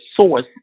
source